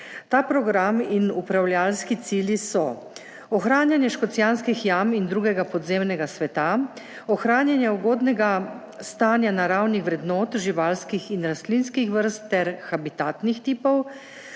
Ta program in upravljavski cilji so ohranjanje Škocjanskih jam in drugega podzemnega sveta, ohranjanje ugodnega stanja naravnih vrednot, živalskih in rastlinskih vrst ter habitatnih tipov,